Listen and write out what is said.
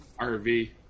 RV